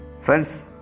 Friends